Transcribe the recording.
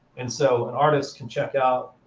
and so an artist can check out